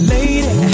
Lady